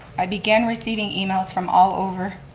i began receiving emails from all over,